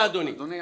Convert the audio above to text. אדוני,